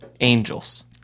angels